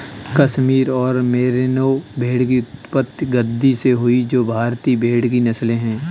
कश्मीर और मेरिनो भेड़ की उत्पत्ति गद्दी से हुई जो भारतीय भेड़ की नस्लें है